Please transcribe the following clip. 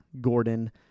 Gordon